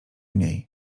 niej